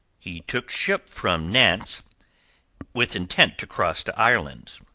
he took ship from nantes with intent to cross to ireland.